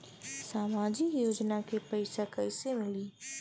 सामाजिक योजना के पैसा कइसे मिली?